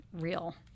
real